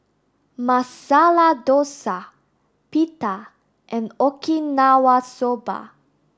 Masala Dosa Pita and Okinawa soba